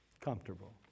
comfortable